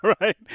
right